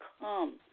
come